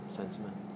sentiment